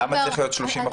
למה צריך להיות 30%?